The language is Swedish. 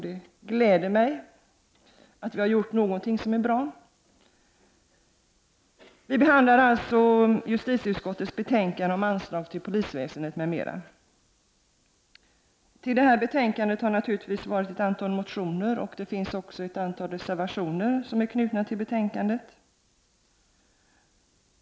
Det gläder mig att vi har gjort någonting som anses vara bra. Vi behandlar således justitieutskottets betänkande om anslag till polisväsendet m.m. Till detta betänkande finns naturligtvis ett antal motioner, och ett antal reservationer är knutna till betänkandet.